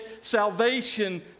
salvation